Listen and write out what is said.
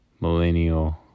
millennial